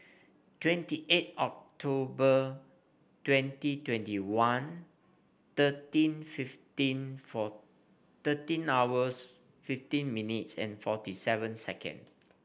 twenty eight October twenty twenty one thirteen fifteen four thirteen hours fifteen minutes and forty seven seconds